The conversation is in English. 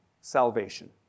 salvation